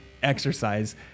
exercise